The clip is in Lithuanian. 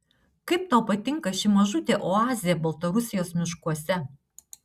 kaip tau patinka ši mažutė oazė baltarusijos miškuose